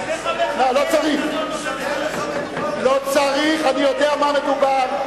אדוני היושב-ראש, לא צריך, אני יודע במה מדובר.